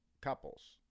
couples